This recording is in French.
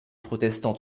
protestants